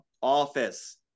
office